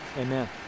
amen